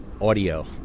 audio